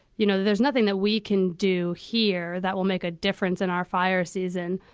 you know, there's nothing that we can do here that will make a difference in our fire season.